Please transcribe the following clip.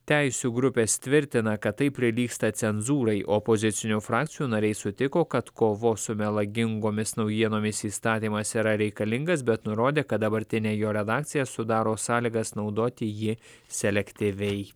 teisių grupės tvirtina kad tai prilygsta cenzūrai opozicinių frakcijų nariai sutiko kad kovos su melagingomis naujienomis įstatymas yra reikalingas bet nurodė kad dabartinė jo redakcija sudaro sąlygas naudoti jį selektyviai